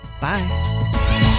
Bye